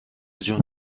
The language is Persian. جون